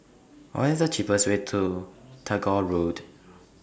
What IS The cheapest Way to Tagore Road